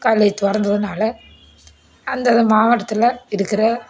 college திறந்ததுனால அந்தத மாவட்டத்தில் இருக்கிற